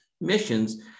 Missions